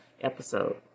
episode